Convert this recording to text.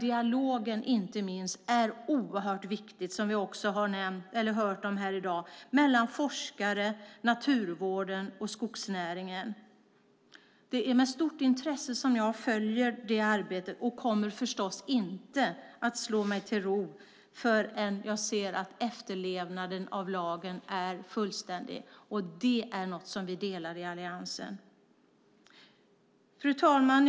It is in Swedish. Inte minst är dialogen, som vi också har hört här i dag, mellan forskare, naturvården och skogsnäringen oerhört viktig. Det är med stort intresse som jag följer det arbetet. Jag kommer förstås inte att slå mig till ro förrän jag ser att efterlevnaden av lagen är fullständig, och det är något som vi delar i Alliansen. Fru talman!